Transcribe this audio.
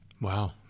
Wow